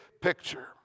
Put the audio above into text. picture